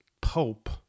pope